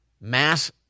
mass